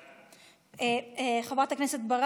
בעד.